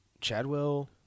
Chadwell